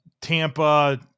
Tampa